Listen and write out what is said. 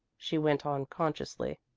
she went on consciously.